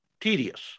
tedious